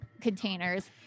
containers